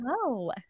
Hello